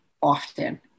often